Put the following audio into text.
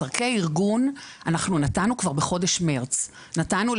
צרכי ארגון אנחנו נתנו כבר בחודש מרץ.